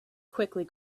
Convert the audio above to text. quickly